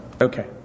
Okay